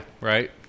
Right